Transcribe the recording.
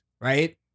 Right